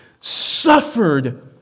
suffered